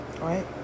Right